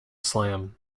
slam